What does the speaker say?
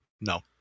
No